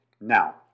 Now